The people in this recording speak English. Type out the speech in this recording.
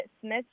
Smith